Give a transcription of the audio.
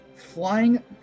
flying